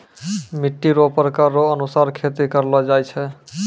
मिट्टी रो प्रकार रो अनुसार खेती करलो जाय छै